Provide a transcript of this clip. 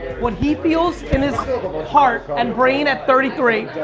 what he feels in his heart and brain at thirty three,